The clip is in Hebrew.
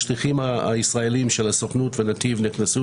השליחים הישראליים של הסוכנות ונתיב נכנסו